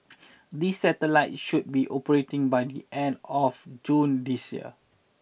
these satellite should be operating by the end of June this year